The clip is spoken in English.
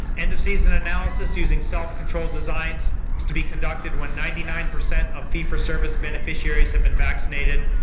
end of season analysis using self-controlled designs to be conducted when ninety nine percent of fee-for-service beneficiaries have been vaccinated.